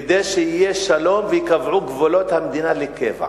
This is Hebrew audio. כדי שיהיה שלום וייקבעו גבולות הקבע למדינה.